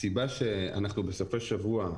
הסיבה שאנחנו בסופי שבוע,